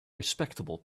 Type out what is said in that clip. respectable